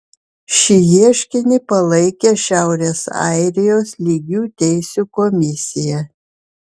šį ieškinį palaikė šiaurės airijos lygių teisių komisija